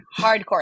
Hardcore